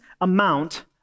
amount